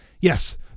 Yes